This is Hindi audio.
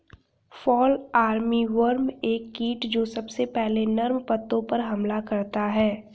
फॉल आर्मीवर्म एक कीट जो सबसे पहले नर्म पत्तों पर हमला करता है